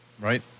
Right